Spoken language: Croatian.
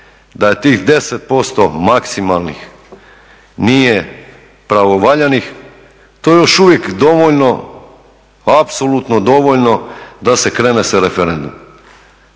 da je tih 10% maksimalnih nije pravovaljanih to je još uvijek dovoljno, apsolutno dovoljno da se krene sa referendumom.